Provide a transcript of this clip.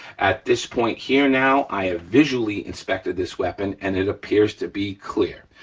at this point here now i have visually inspected this weapon and it appears to be clear.